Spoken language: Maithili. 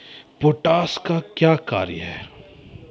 पोटास का क्या कार्य हैं?